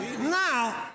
Now